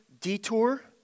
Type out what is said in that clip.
detour